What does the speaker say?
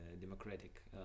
democratic